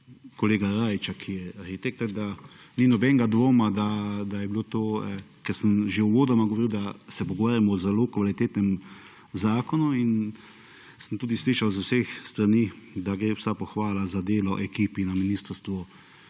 kolega Rajića, ki je arhitekt, tako da, ni nobenega dvoma, da je bilo to, ker sem že uvodoma govoril, da se pogovarjamo o zelo kvalitetnem zakonu in sem tudi slišal z vseh strani, da gre vsa pohvala za delo ekipi na ministrstvu,